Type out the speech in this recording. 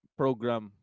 program